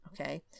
okay